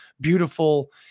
beautiful